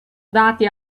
dati